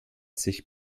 sich